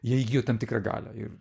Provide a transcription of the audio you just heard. jie įgijo tam tikrą galią ir